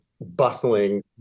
bustling